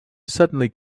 suddenly